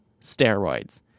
steroids